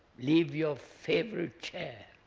leave your favourite chair?